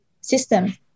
system